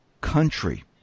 country